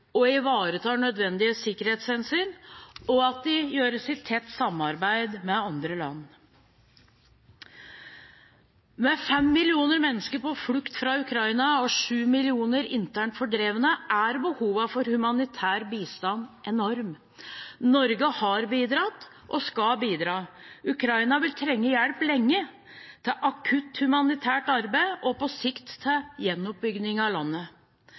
ivaretar nødvendige sikkerhetshensyn og gjøres i tett samarbeid med andre land. Med 5 millioner mennesker på flukt fra Ukraina og 7 millioner internt fordrevne er behovet for humanitær bistand enormt. Norge har bidratt og skal bidra. Ukraina vil trenge hjelp lenge til akutt humanitært arbeid og på sikt til gjenoppbyggingen av landet.